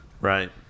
Right